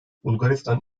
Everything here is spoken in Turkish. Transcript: bulgaristan